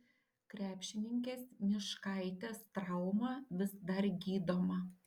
krepšininkės myškaitės trauma vis dar gydoma